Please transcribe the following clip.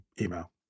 email